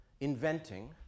inventing